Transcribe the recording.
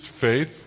faith